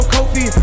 Kofi